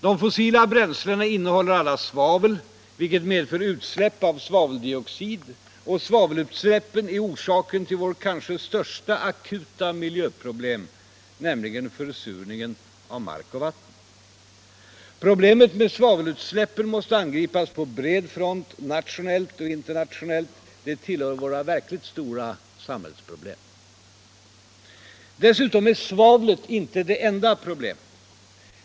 De fossila bränslena innehåller alla svavel, vilket medför utsläpp av svaveldioxid, och svavelutsläppen är orsaken till vårt kanske största akuta miljöproblem, nämligen försurningen av mark och vatten. Problemet med svavelutsläppen måste angripas på bred front, nationellt och internationellt. Det tillhör våra verkligt stora samhällsproblem. Dessutom är svavlet inte det enda problemet.